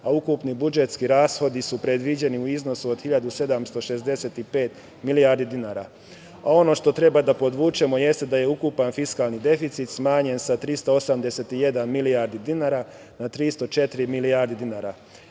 a ukupni budžetski rashodi su predviđeni u iznosu od 1.765 milijardi dinara. Ono što treba da podvučemo jeste da je ukupan fiskalni deficit smanjen sa 381.000.000.000 na 304.000.000.000 dinara. Kada